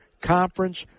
Conference